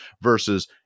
versus